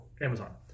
Amazon